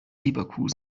leverkusen